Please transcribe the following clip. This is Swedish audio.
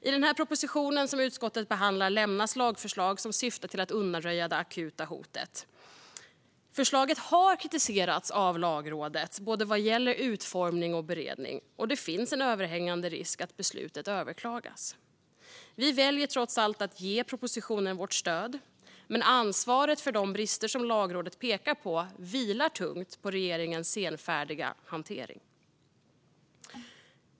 I den proposition som utskottet har behandlat lämnas lagförslag som syftar till att undanröja det akuta hotet. Förslaget har kritiserats av Lagrådet vad gäller både utformning och beredning, och det finns en överhängande risk för att beslutet överklagas. Vi väljer trots allt att ge propositionen vårt stöd, men ansvaret för de brister som Lagrådet pekar på vilar tungt på regeringens senfärdiga hantering.